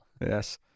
yes